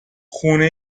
خونه